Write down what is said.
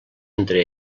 entre